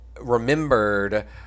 remembered